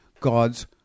God's